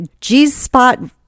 G-Spot